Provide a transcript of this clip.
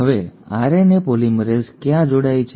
હવે RNA polymerase ક્યાં જોડાય છે